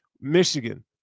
Michigan